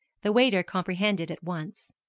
the waiter comprehended at once.